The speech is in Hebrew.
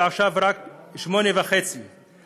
ועכשיו רק 8,500 דונם,